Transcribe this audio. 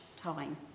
time